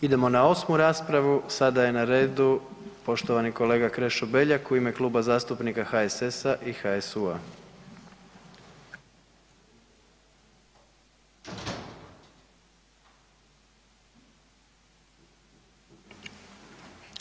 Idemo na 8. raspravu, sada je na redu poštovani kolega Krešo Beljak u ime Kluba zastupnika HSS-a i HSU-a.